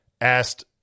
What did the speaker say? asked